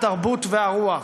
התרבות והרוח.